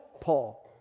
Paul